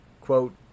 Quote